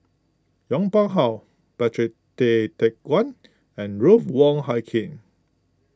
Yong Pung How Patrick Tay Teck Guan and Ruth Wong Hie King